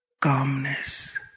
calmness